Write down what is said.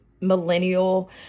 millennial